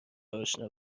اشنا